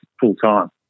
full-time